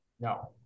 No